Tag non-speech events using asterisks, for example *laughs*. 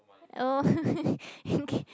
oh *laughs*